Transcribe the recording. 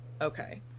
Okay